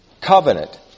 covenant